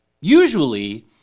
usually